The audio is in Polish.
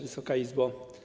Wysoka Izbo!